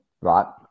right